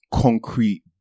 concrete